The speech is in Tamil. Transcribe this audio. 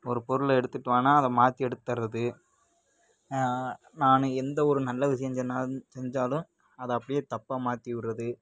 ஒரு பொருளை எடுத்துட்டு வான்னா அதை மாற்றி எடுத்துத் தரது நானு எந்த ஒரு நல்லது செஞ்சன்னா செஞ்சாலும் அதை அப்படியே தப்பாக மாற்றி விட்றது